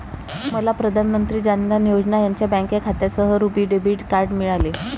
मला प्रधान मंत्री जान धन योजना यांच्या बँक खात्यासह रुपी डेबिट कार्ड मिळाले